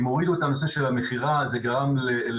אם הורידו את הנושא של המכירה זה גרם לבעיה